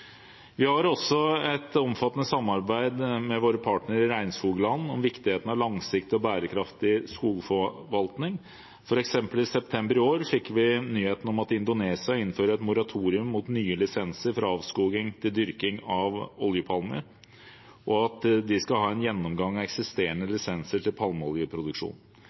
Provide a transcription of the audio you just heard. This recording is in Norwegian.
Vi har også et omfattende samarbeid med våre partnere i regnskogland om viktigheten av en langsiktig og bærekraftig skogforvaltning. For eksempel fikk vi i september i år nyheten om at Indonesia innfører et moratorium når det gjelder nye lisenser for avskoging til dyrking av oljepalmer, og at de skal ha en gjennomgang av eksisterende lisenser for palmeoljeproduksjon.